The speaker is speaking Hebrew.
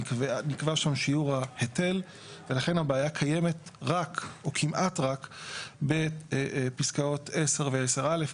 נקבע שם שיעור ההיטל ולכן הבעיה קיימת רק או כמעט רק בפסקאות 10 ו-10א,